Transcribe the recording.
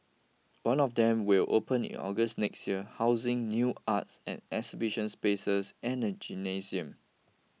one of them will open in August next year housing new arts and exhibition spaces and a gymnasium